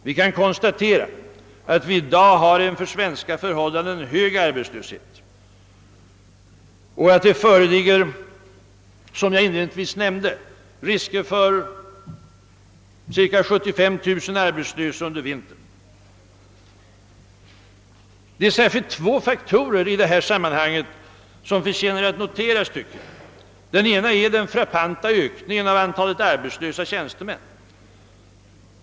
Vi kan konstatera att vi i dag har en för svenska förhållanden hög arbetslöshet och att det föreligger, som jag inledningsvis nämnde, risker för cirka 75 000 arbetslösa under vintern. Det är särskilt två faktorer i det här sammanhanget som förtjänar att noteras. Den ena är den frappanta ökningen av antalet arbetslösa tjänstemän.